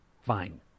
fine